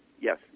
Yes